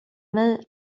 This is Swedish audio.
mig